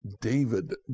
David